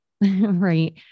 Right